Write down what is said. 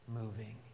moving